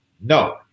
No